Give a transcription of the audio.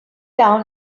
down